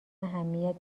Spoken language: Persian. اهمیت